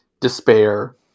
despair